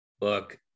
Look